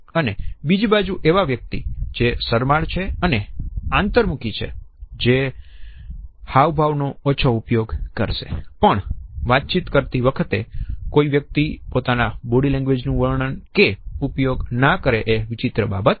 અને બીજી બાજુ એવા વ્યક્તિ જે શરમાળ છે અને આંતરમુખી છે તે હાવભાવનો ઓછો ઉપયોગ કરશે પણ વાતચીત કરતી વખતે કોઈ વ્યક્તિ પોતાના બોડી લેંગ્વેજ નું વર્ણન કે ઉપયોગ ના કરે એ વિચિત્ર બાબત છે